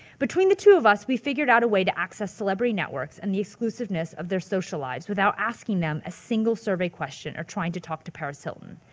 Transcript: between the two of us we figured out a way to access celebrity networks and the exclusiveness of their social lives without asking them a single survey question or trying to talk to paris hilton.